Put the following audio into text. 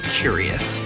curious